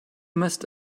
must